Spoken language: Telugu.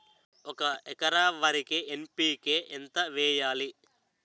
ఒక ఎకర వరికి ఎన్.పి కే ఎంత వేయాలి?